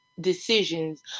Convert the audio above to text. decisions